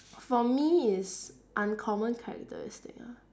for me is uncommon characteristic ah